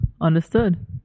understood